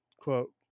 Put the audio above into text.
quote